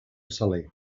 saler